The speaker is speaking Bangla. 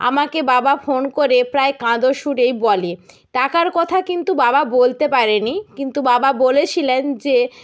আমাকে বাবা ফোন করে প্রায় কাঁদো সুরেই বলে টাকার কথা কিন্তু বাবা বলতে পারে নি কিন্তু বাবা বলেছিলেন যে